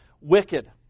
wicked